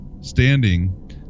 standing